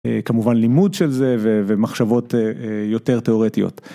כמובן לימוד של זה ומחשבות יותר תיאורטיות.